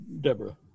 Deborah